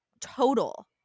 total